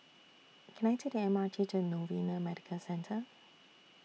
Can I Take The M R T to Novena Medical Centre